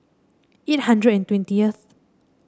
eight hundred and twentieth